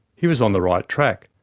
he was on the right track.